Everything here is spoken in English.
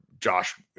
Josh